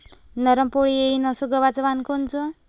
नरम पोळी येईन अस गवाचं वान कोनचं?